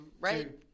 right